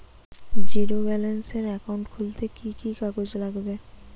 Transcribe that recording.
Zero ব্যালেন্সের account খুলতে কি কি কাগজ লাগবে?